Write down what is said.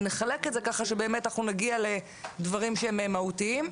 ונחלק את זה ככה שאנחנו נגיע לדברים שהם מהותיים.